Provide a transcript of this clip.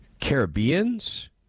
Caribbeans